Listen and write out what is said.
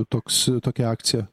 toks e tokia akcija